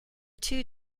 two